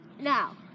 now